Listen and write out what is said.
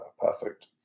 perfect